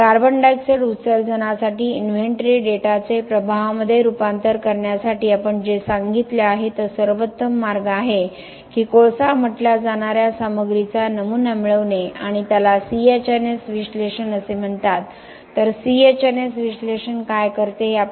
तर carbon dioxide उत्सर्जनासाठी inventory डेटाचे प्रभावामध्ये रूपांतर करण्यासाठी आपण जे सांगितले आहे तो सर्वोत्तम मार्ग आहे की कोळसा म्हटल्या जाणार्या सामग्रीचा नमुना मिळवणे आणि त्याला CHNS विश्लेषण असे म्हणतात तर CHNS विश्लेषण काय करते